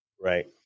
Right